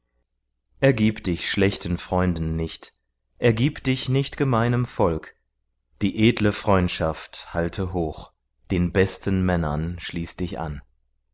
ergib dich schlechten freunden nicht ergib dich nicht gemeinem volk die edle freundschaft halte hoch den besten männern schließ dich an